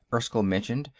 erskyll mentioned,